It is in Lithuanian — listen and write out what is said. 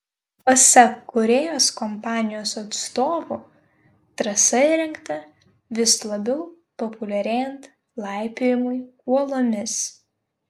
pasak kūrėjos kompanijos atstovų trasa įrengta vis labiau populiarėjant laipiojimui uolomis